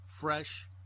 fresh